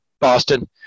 boston